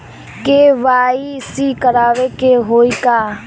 KYC करावे के होई का?